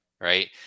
right